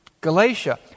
Galatia